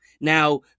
now